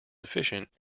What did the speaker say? efficient